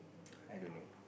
I don't know